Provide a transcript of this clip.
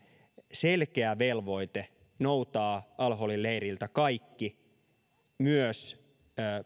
selkeä velvoite noutaa al holin leiriltä kaikki myös